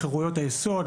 לחרויות היסוד,